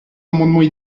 amendements